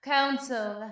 Council